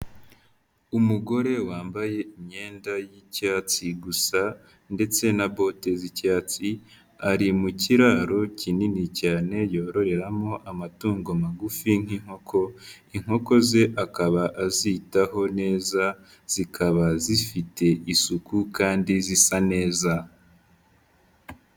Umugore wambaye imyenda y'icyatsi gusa ndetse na bote z'icyatsi, ari mu kiraro kinini cyane yororeramo amatungo magufi nk'inkoko, inkoko ze akaba azitaho neza zikaba zifite isuku kandi zisa neza.